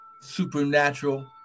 supernatural